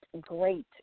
great